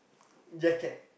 jacket